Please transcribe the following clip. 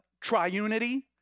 Triunity